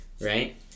right